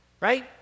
right